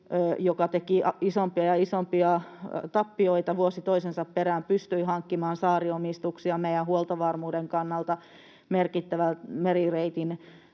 joka teki isompia ja isompia tappioita vuosi toisensa perään, pystyi hankkimaan saariomistuksia meidän huoltovarmuuden kannalta merkittävän merireitin